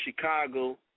Chicago